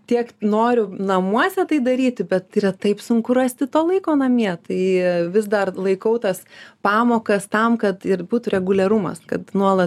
tiek noriu namuose tai daryti bet yra taip sunku rasti to laiko namie tai vis dar laikau tas pamokas tam kad ir būtų reguliarumas kad nuolat